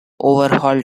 overhauled